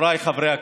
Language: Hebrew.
חבריי חברי הכנסת,